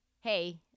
hey